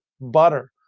butter